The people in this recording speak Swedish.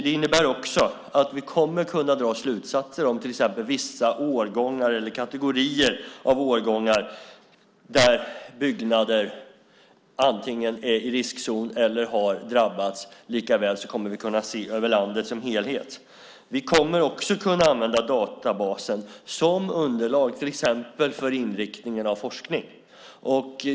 Det innebär också att vi kommer att kunna dra slutsatser om till exempel vissa årgångar eller kategorier av årgångar där byggnader antingen är i riskzon eller har drabbats. Likaväl kommer vi att kunna se över landet som helhet. Vi kommer även att kunna använda databasen som underlag till exempel för inriktningen av forskning.